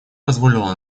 позволило